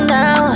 now